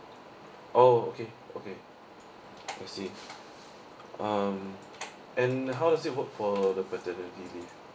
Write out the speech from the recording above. oh okay okay I see um and how does it work for the paternity leave